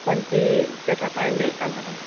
ᱯᱟᱹᱧᱪᱤ ᱥᱮᱴ ᱦᱟᱛᱟᱣ ᱤᱧ ᱞᱟᱹᱭᱮᱫ ᱠᱟᱱ ᱛᱟᱦᱮᱱᱟ